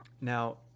now